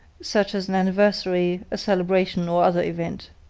such as an anniversary, a celebration or other event.